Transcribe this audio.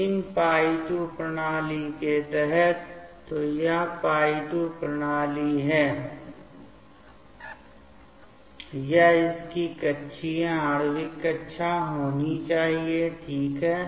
तो इन π2 प्रणाली के लिए तो यह π2 प्रणाली है यह इसकी कक्षीय आणविक कक्षा होनी चाहिए ठीक है